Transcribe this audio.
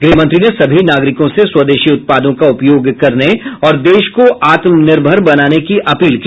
गृहमंत्री ने सभी नागरिकों से स्वदेशी उत्पादों का उपयोग करने और देश को आत्मनिर्भर बनाने की अपील की